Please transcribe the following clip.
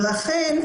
ולכן,